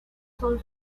son